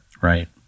right